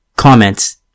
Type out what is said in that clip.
comments